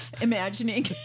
imagining